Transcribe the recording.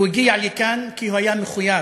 הוא הגיע לכאן כי הוא היה מחויב,